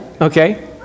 Okay